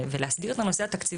ולהסדיר את הנושא התקציבי.